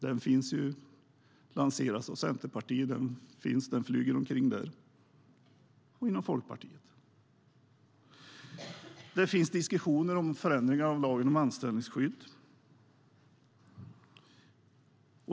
Det finns lanserat av Centerpartiet - det flyger omkring där - och av Folkpartiet. Det finns diskussioner om förändringar av lagen om anställningsskydd.